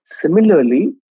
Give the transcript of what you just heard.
Similarly